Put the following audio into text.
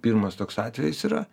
pirmas toks atvejis yra